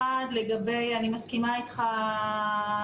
אני מסכימה אתך,